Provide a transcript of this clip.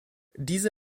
diese